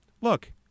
Look